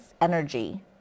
energy